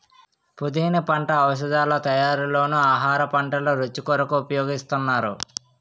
పుదీనా పంట ఔషధాల తయారీలోనూ ఆహార వంటల రుచి కొరకు ఉపయోగిస్తున్నారు